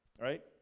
right